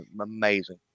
amazing